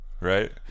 Right